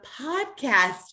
podcast